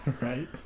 Right